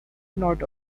nord